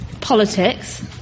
politics